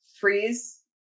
freeze